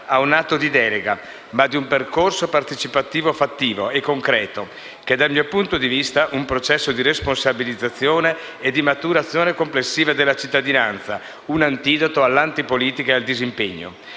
a un atto di delega, ma di un percorso partecipativo fattivo e concreto, che è dal mio punto di vista un processo di responsabilizzazione e di maturazione complessiva della cittadinanza, un antidoto all'antipolitica e al disimpegno.